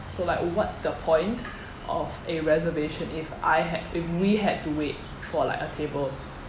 so like what's the point of a reservation if I had if we had to wait for like a table